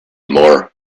more